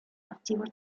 archivos